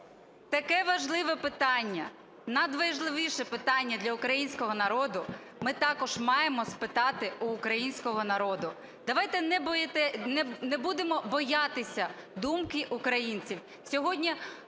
таке важливе питання, надважливіше питання для українського народу ми також маємо спитати в українського народу. Давайте не будемо боятися думки українців.